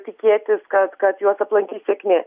tikėtis kad kad juos aplankys sėkmė